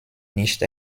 nicht